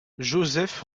jozef